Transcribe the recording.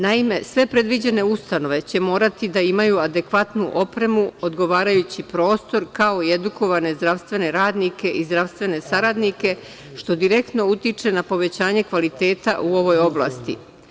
Naime, sve predviđene ustanove će morati da imaju adekvatnu opremu, odgovarajući prostor, kao i edukovane zdravstvene radnike i zdravstvene saradnike, što direktno utiče na povećanje kvaliteta u ovoj oblasti.